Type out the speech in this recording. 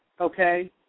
okay